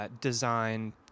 design